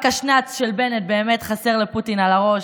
רק השנ"ץ של בנט באמת חסר לפוטין על הראש,